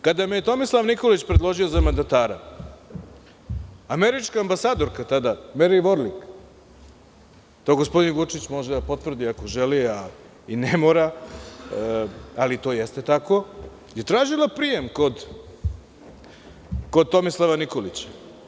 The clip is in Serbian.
Kada me je Tomislav Nikolić predložio za mandatara, američka ambasadorka tada, Meri Vorlik, to gospodin Vučić može da potvrdi ako želi, a i ne mora, ali to jeste tako, je tražila prijem kod Tomislava Nikolića.